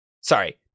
sorry